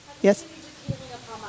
Yes